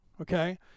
Okay